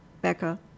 Becca